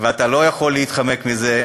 ואתה לא יכול להתחמק מזה,